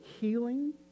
healing